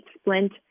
splint